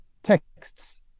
texts